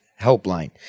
Helpline